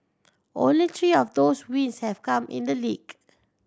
only three of those wins have come in the league